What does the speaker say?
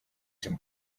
some